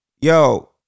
yo